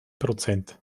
prozent